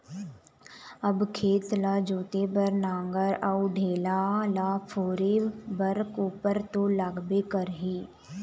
अब खेत ल जोते बर नांगर अउ ढेला ल फोरे बर कोपर तो लागबे करही